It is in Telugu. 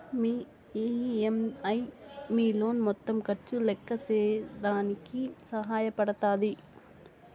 మీ ఈ.ఎం.ఐ మీ లోన్ మొత్తం ఖర్చు లెక్కేసేదానికి సహాయ పడతాది